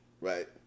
right